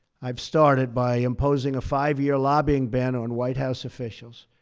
i've started by imposing a five-year lobbying ban on white house officials